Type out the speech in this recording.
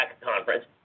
conference